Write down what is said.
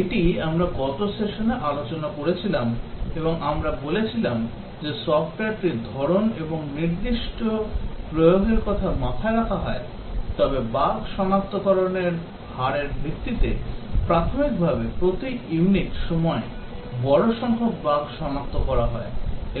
এটি আমরা গত সেশনে আলোচনা করেছিলাম এবং আমরা বলেছিলাম যে সফটওয়্যারটির ধরণ এবং নির্দিষ্ট প্রয়োগের কথা মাথায় রাখা হয় তবে বাগ সনাক্তকরণের হারের ভিত্তিতে প্রাথমিকভাবে প্রতি ইউনিট সময়ে বড় সংখ্যক বাগ সনাক্ত করা হয়